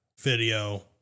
video